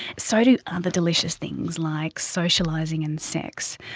so do other delicious things like socialising and sex.